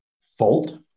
fault